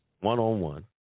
one-on-one